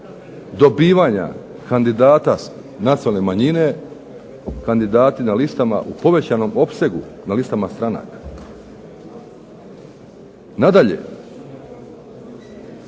dobivanja kandidata nacionalne manjine, kandidati na listama u povećanom opsegu, na listama stranaka. Nadalje,